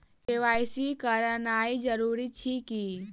KYC करानाइ जरूरी अछि की?